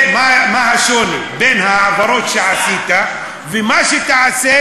מה השוני בין ההעברות שעשית ומה שתעשה,